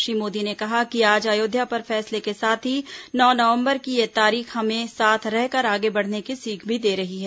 श्री मोदी ने कहा कि आज अयोध्या पर फैसले के साथ ही नौ नवंबर की यह तारीख हमें साथ रहकर आगे बढ़ने की सीख भी दे ही है